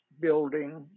building